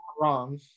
wrong